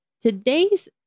today's